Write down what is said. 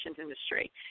industry